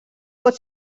pot